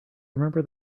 remember